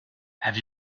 have